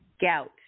gout